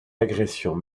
agressions